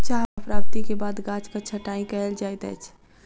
चाह प्राप्ति के बाद गाछक छंटाई कयल जाइत अछि